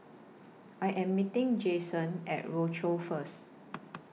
I Am meeting Jayson At Rochor First